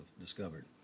discovered